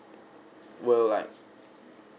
will like